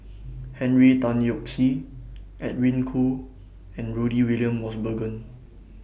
Henry Tan Yoke See Edwin Koo and Rudy William Mosbergen